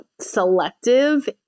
Selective